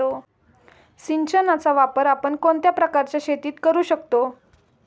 सिंचनाचा वापर आपण कोणत्या प्रकारच्या शेतीत करू शकतो?